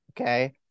okay